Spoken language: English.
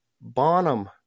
Bonham